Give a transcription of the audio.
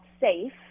safe